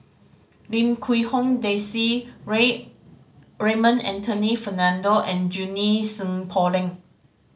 Lim Quee Hong Daisy Ray Raymond Anthony Fernando and Junie Sng Poh Leng